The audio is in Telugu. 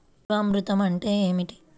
జీవామృతం అంటే ఏమిటి?